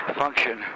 function